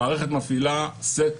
המערכת מפעילה סט